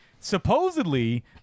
Supposedly